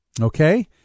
okay